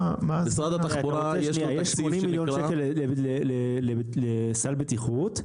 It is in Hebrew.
למשרד התחבורה יש תקציב --- יש 80 מיליון ₪ לסל בטיחות,